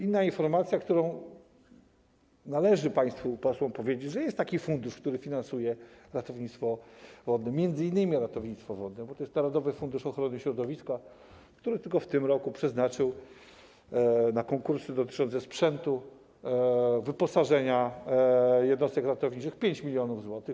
Inna informacja, należy państwu posłom powiedzieć, że jest taki fundusz, który finansuje ratownictwo wodne, m.in. ratownictwo wodne, bo to jest Narodowy Fundusz Ochrony Środowiska, który tylko w tym roku przeznaczył na konkursy dotyczące sprzętu, wyposażenia jednostek ratowniczych 5 mln zł.